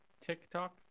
TikTok